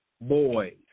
boys